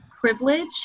privilege